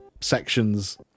sections